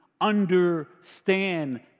understand